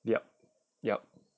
yup yup